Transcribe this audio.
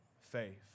faith